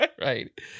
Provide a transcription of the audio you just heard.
Right